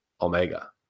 Omega